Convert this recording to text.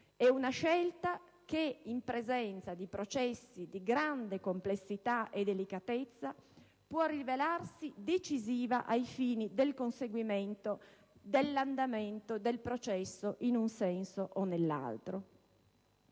È una scelta che, in presenza di processi di grande complessità e delicatezza, può rivelarsi decisiva ai fini del conseguimento dell'andamento del processo in un senso o nell'altro.